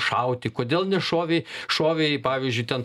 šauti kodėl nešovė šovė į pavyzdžiui ten